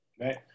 Right